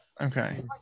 Okay